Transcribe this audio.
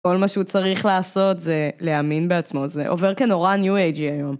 כל מה שהוא צריך לעשות זה להאמין בעצמו, זה עובר כנורא ניו אייג'י היום.